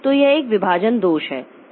तो यह एक विभाजन दोष है